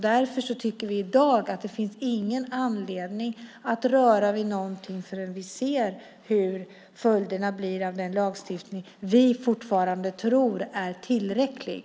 Därför tycker vi i dag att det inte finns anledning att röra vid någonting förrän vi ser hur följderna blir av den lagstiftning som vi fortfarande tror är tillräcklig.